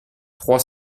trois